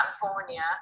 California